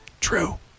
True